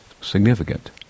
significant